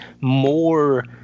more